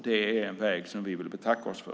Det är en väg som vi vill betacka oss för.